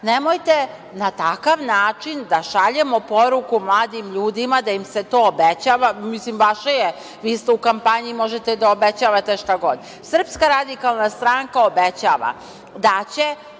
Nemojte na takav način da šaljemo poruku mladim ljudima da im se to obećava, mislim vaše je, vi ste u kampanji možete da obećavate šta god. Srpska radikalna stranka obećava da će